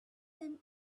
them